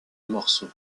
morceau